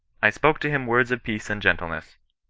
i spoke to him words of peace and gentleness.